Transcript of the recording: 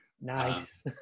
Nice